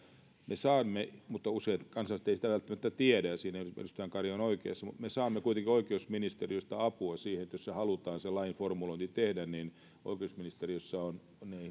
me saamme mutta usein kansalaiset eivät sitä välttämättä tiedä ja siinä edustaja kari on oikeassa oikeusministeriöstä apua siihen että jos se lain formulointi halutaan tehdä niin oikeusministeriössä on